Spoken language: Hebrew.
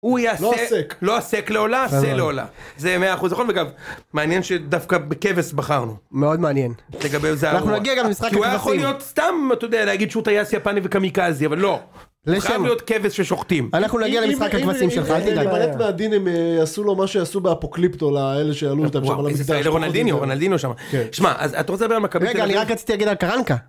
לא עוסק לא עוסק לעולה עשה לעולה זה 100% נכון וגם מעניין שדווקא בכבש בחרנו מאוד מעניין.אני נגיע גם למשחק הכבשים.כי הוא יכול להיות סתם אתה יודע... להגיד שהוא טייס יפני וקמיקזי אבל לא. הוא חייב להיות כבש ששוחטים. אנחנו נגיע למשחק הכבשים שלך. אם הוא יימלט מהדין הם יעשו לו מה שיעשו באפוקליפטו לאלה שאלו אותם... זה רונאלדיניו רונאלדיניו שמה. שמע אז אתה רוצה לדבר על מכבי תל אביב. רגע, אני רק רציתי להגיד על קרנקה